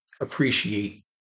appreciate